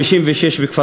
1956, בכפר-קאסם.